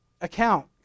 account